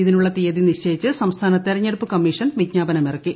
ഇതിനുള്ള തീയതി നിശ്ചയിച്ച് സംസ്ഥാന തെരഞ്ഞെടുപ്പ് കമീഷൻ വിജ്ഞാപനമിറക്കി